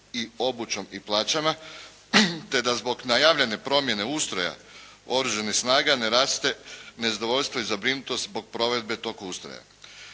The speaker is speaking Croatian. i obućom i plaćama te da zbog najavljene promjene ustroja Oružanih snaga ne raste nezadovoljstvo i zabrinutost zbog provedbe tog ustroja.